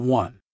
one